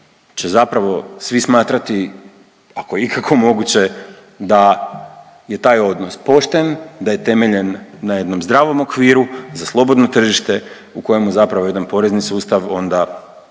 će zapravo svi smatrati ako je ikako moguće da je taj odnos pošten, da je temeljen na jednom zdravom okviru za slobodno tržište u kojem zapravo jedan porezan sustav onda